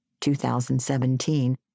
2017